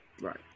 Right